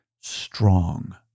strong